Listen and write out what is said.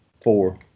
four